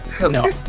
No